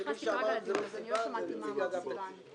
נכנסתי רק עכשיו לדיון ולא שמעתי מה אמר סיון להבי.